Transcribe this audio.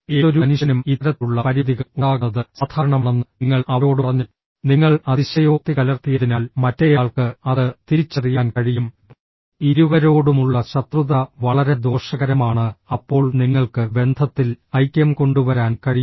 ഏതൊരു മനുഷ്യനും ഇത്തരത്തിലുള്ള പരിമിതികൾ ഉണ്ടാകുന്നത് സാധാരണമാണെന്ന് നിങ്ങൾ അവരോട് പറഞ്ഞാൽ നിങ്ങൾ അതിശയോക്തി കലർത്തിയതിനാൽ മറ്റേയാൾക്ക് അത് തിരിച്ചറിയാൻ കഴിയും ഇരുവരോടുമുള്ള ശത്രുത വളരെ ദോഷകരമാണ് അപ്പോൾ നിങ്ങൾക്ക് ബന്ധത്തിൽ ഐക്യം കൊണ്ടുവരാൻ കഴിയും